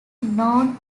known